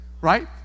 right